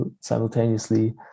simultaneously